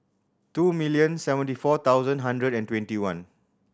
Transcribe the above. two million seventy four thousand hundred and twenty one